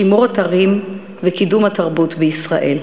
שימור אתרים וקידום התרבות בישראל.